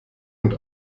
und